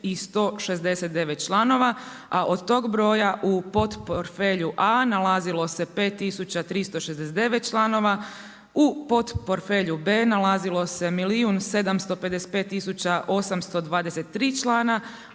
169 članova, a od tog broja u port portfelju A nalazilo se 5369 članova, u port portfelju B nalazilo se milijun